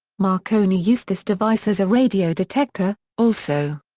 marconi used this device as a radio detector, also.